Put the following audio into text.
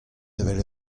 evel